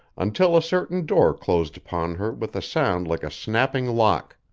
until a certain door closed upon her with a sound like a snapping lock.